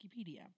Wikipedia